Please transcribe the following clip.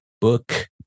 book